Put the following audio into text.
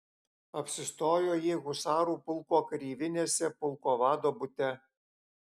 apsistojo jie husarų pulko kareivinėse pulko vado bute